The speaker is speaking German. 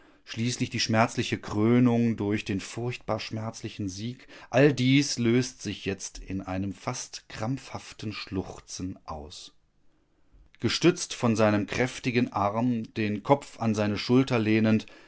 schließlich die schmerzliche krönung durch den furchtbar schmerzlichen sieg all dies löst sich jetzt in einem fast krampfhaften schluchzen aus gestützt von seinem kräftigen arm den kopf an seine schulter lehnend